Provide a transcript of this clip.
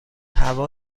هوا